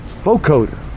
vocoder